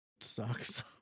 sucks